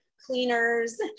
cleaners